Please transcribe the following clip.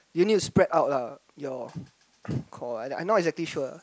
you need to spread out lah your core I not exactly sure